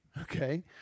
okay